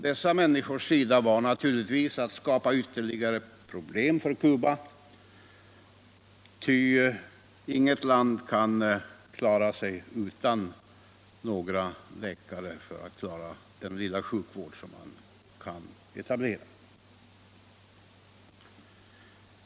Dessa människors önskan var naturligtvis att skapa ytterligare problem för Cuba; landet kan ju inte klara sig utan läkare när man vill bedriva den lilla sjukvård som kan komma i fråga.